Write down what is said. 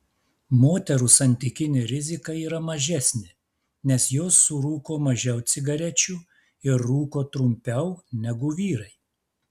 moterų santykinė rizika yra mažesnė nes jos surūko mažiau cigarečių ir rūko trumpiau negu vyrai